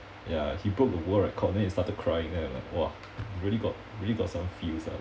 ya he broke the world record then he started crying and I like !wah! really got really got some feels ah